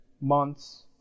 months